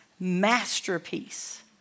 masterpiece